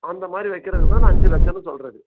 அந்த மாதிரி வைக்கிறது தான் நான் அஞ்சு லட்சன்னு சொல்கிறது